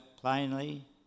plainly